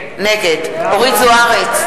נגד אורית זוארץ,